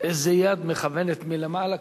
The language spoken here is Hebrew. איזו יד מכוונת מלמעלה,